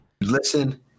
listen